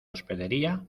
hospedería